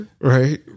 right